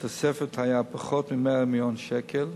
התוספת היתה פחות מ-100 מיליון שקלים,